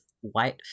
white